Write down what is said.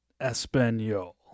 Espanol